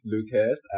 Lucas